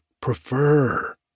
prefer